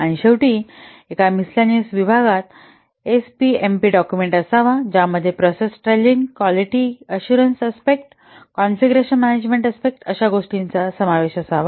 आणि शेवटी एका मिससेलनेऊस विभागात एसपीएमपी डॉक्युमेंट असावा ज्यामध्ये process tailoring quality assurance aspect configuration management aspect अशा गोष्टींचा समावेश असावा